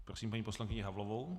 Prosím paní poslankyni Havlovou.